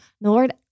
Lord